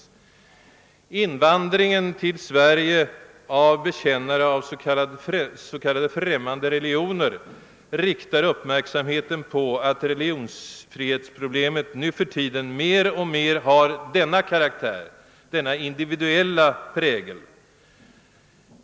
Invandringen till Sverige av bekännare av s.k. främmande religioner riktar uppmärksamheten på att religionsfrihetsproblemet nu för tiden är mer och mer individuellt präglat.